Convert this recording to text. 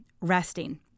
resting